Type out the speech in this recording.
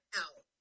out